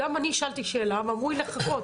גם אני שאלתי שאלה ואמרו לי לחכות,